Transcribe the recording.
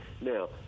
Now